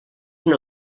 una